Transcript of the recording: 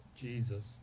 Jesus